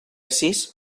sis